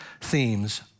themes